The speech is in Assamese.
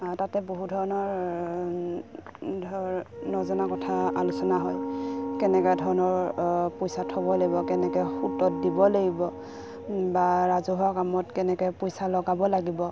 তাতে বহু ধৰণৰ ধৰ নজনা কথা আলোচনা হয় কেনেকুৱা ধৰণৰ পইচা থ'ব লাগিব কেনেকৈ সূতত দিব লাগিব বা ৰাজহুৱা কামত কেনেকৈ পইচা লগাব লাগিব